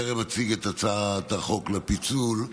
לפיצול,